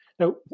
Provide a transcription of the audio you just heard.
Now